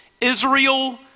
Israel